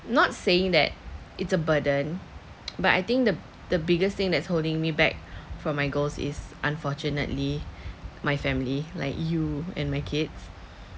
not saying that it's a burden but I think the the biggest thing that's holding me back from my goals is unfortunately my family like you and my kids